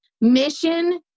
Mission